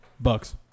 Bucks